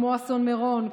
כמו אסון מירון,